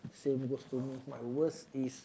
same goes to me my worst is